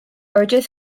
urges